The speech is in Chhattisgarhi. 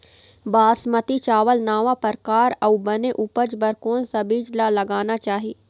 बासमती चावल नावा परकार अऊ बने उपज बर कोन सा बीज ला लगाना चाही?